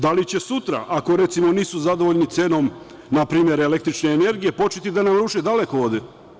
Da li će sutra, ako recimo nisu zadovoljni cenom npr. električne energije, početi da nam ruše dalekovode?